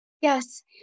Yes